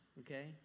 Okay